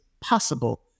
possible